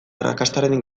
arrakastaren